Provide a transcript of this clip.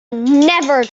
never